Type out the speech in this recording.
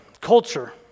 culture